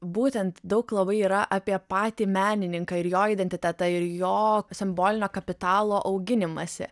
būtent daug labai yra apie patį menininką ir jo identitetą ir jo simbolinio kapitalo auginimąsi